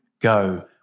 go